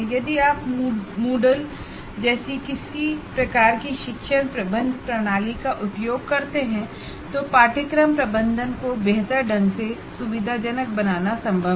यदि आप मूडल जैसा किसी प्रकार का लर्निंग मैनेजमैंट सिस्टम का उपयोग करते हैं तो कोर्स मैनेजमेंट करना बहुत ही सुविधाजनक है